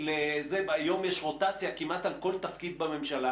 היום יש רוטציה כמעט על כל תפקיד בממשלה